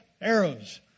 arrows